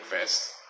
first